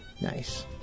nice